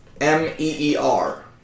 M-E-E-R